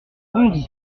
bondy